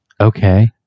Okay